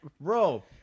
bro